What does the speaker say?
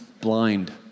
blind